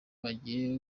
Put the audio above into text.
agiye